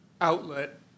outlet